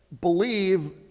believe